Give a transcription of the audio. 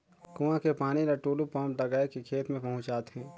कुआं के पानी ल टूलू पंप लगाय के खेत में पहुँचाथे